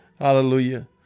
Hallelujah